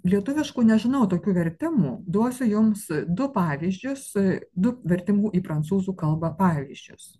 lietuviškų nežinau tokių vertimų duosiu jums du pavyzdžius du vertimų į prancūzų kalbą pavyzdžius